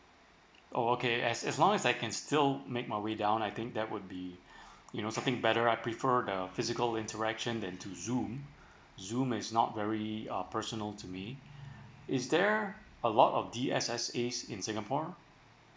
oh okay as as long as I can still make my way down I think that would be you know something better I prefer the physical interaction than to zoom zoom is not very uh personal to me is there a lot of D_S_S_A in singapore